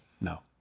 No